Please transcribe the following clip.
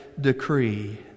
decree